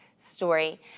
story